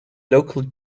local